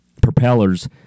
propellers